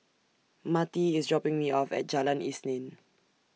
Matie IS dropping Me off At Jalan Isnin